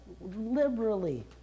liberally